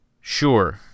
Sure